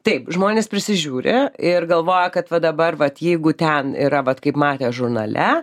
taip žmonės prisižiūri ir galvoja kad va dabar vat jeigu ten yra vat kaip matė žurnale